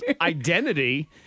identity